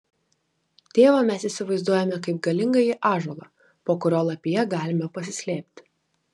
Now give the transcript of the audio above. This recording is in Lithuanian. tėvą mes įsivaizduojame kaip galingąjį ąžuolą po kurio lapija galime pasislėpti